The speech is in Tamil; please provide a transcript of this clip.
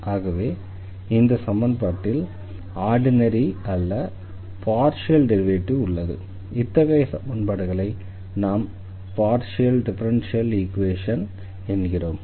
ஆகவே இந்த சமன்பாட்டில் ஆர்டினரி அல்ல பார்ஷியல் டெரிவேட்டிவ் உள்ளது இத்தகைய சமன்பாடுகளை நாம் பார்ஷியல் டிஃபரன்ஷியல் ஈக்வேஷன் என்கிறோம்